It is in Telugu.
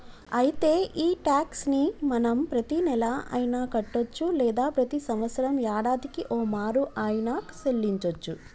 అయితే ఈ టాక్స్ ని మనం ప్రతీనెల అయిన కట్టొచ్చు లేదా ప్రతి సంవత్సరం యాడాదికి ఓమారు ఆయిన సెల్లించోచ్చు